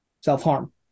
Self-harm